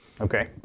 Okay